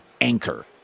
anchor